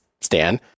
Stan